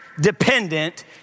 dependent